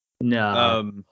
No